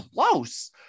close